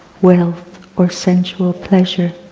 wealth or sensual pleasure,